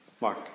Mark